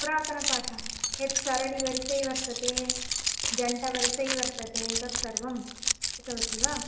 पुरातनः पाठः यत् सरलिवरिसे वर्तते जण्टवरसै वर्तते तत्सर्वं कृतवती वा